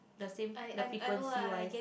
the same the frequency wise